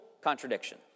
contradiction